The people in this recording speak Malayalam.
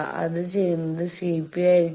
അത് ചെയുന്നത് സിപി ആയിരിക്കും